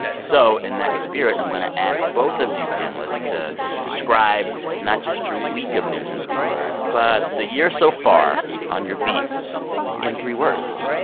so in that spirit, i'm going to ask both of you panelists to describe not just your week of news in three words but the year so far on your beats in three words.